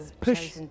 push